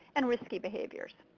and risky behaviors.